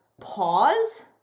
pause